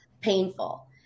painful